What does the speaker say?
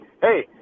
hey